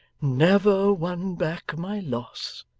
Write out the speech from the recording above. never won back my loss